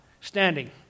standing